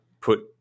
put